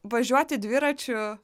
važiuoti dviračiu